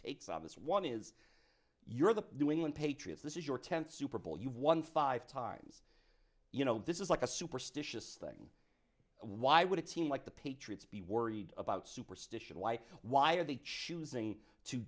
takes on this one is you're the new england patriots this is your tenth super bowl you've won five times you know this is like a superstitious thing why would it seem like the patriots be worried about superstition why why are they choosing to